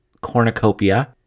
cornucopia